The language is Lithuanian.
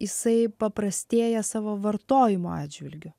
jisai paprastėja savo vartojimo atžvilgiu